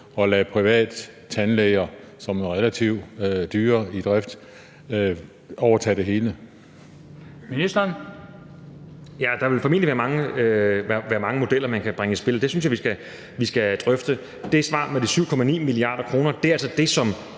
og lade private tandlæger, som jo er relativt dyre i drift, overtage det hele.